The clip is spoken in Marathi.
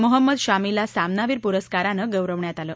मोहम्मद शामीला सामनवीर पुरस्कारानं गौरवण्यात आलं